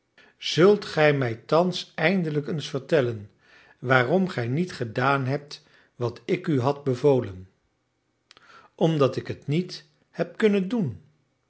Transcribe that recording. zult gij mij thans eindelijk eens vertellen waarom gij niet gedaan hebt wat ik u had bevolen omdat ik het niet heb kunnen doen